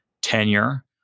tenure